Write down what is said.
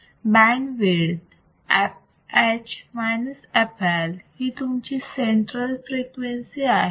band width fH f L ही तुमची central frequency आहे